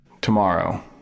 tomorrow